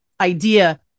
idea